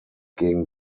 gegen